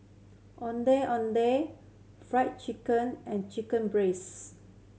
Ondeh Ondeh Fried Chicken and chicken